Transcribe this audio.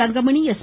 Thangamani S